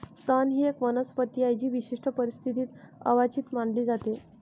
तण ही एक वनस्पती आहे जी विशिष्ट परिस्थितीत अवांछित मानली जाते